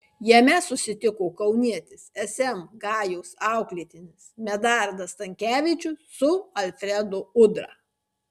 jame susitiko kaunietis sm gajos auklėtinis medardas stankevičius su alfredu udra